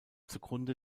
zugrunde